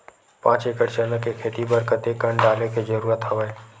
पांच एकड़ चना के खेती बर कते कन डाले के जरूरत हवय?